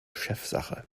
chefsache